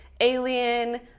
alien